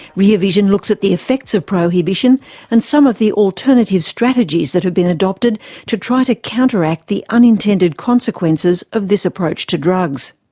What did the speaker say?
rear vision looks at the effects of prohibition and some of the alternative strategies that have been adopted to try to counteract the unintended consequences of this approach to drugs.